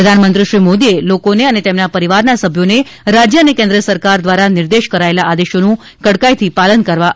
પ્રધાનમંત્રી શ્રી મોદીએ લોકોને અને તેમના પરિવારના સભ્યો ને રાજ્ય અને કેન્દ્ર સરકાર દ્વારા નિર્દેશ કરાયેલા આદેશોનું કડકાઇથી પાલન કરવા અપીલ કરી હતી